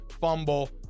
fumble